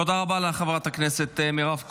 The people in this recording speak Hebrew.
תודה רבה לך, חברת הכנסת מירב כהן.